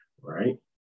right